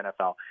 NFL